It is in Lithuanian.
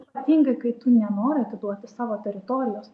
ypatingai kai tu nenori atiduoti savo teritorijos